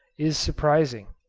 is surprising.